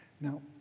Now